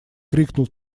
крикнул